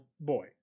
boy